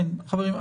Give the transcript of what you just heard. חברים,